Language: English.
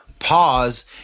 pause